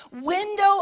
window